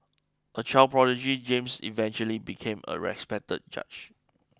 a child prodigy James eventually became a respected judge